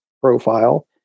profile